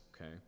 okay